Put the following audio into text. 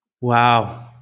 Wow